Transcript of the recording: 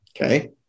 Okay